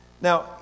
Now